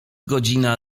godzina